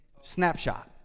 snapshot